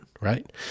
right